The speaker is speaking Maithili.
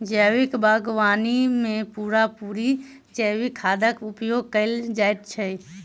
जैविक बागवानी मे पूरा पूरी जैविक खादक उपयोग कएल जाइत छै